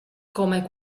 come